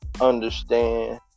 Understand